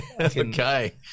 Okay